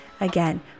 Again